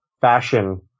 fashion